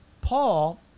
Paul